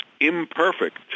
imperfect